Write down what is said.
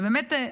ובאמת,